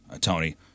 Tony